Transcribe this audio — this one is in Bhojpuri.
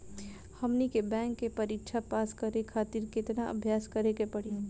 हमनी के बैंक के परीक्षा पास करे खातिर केतना अभ्यास करे के पड़ी?